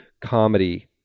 comedy